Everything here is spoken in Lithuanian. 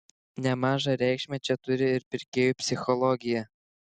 nemažą reikšmę čia turi ir pirkėjų psichologija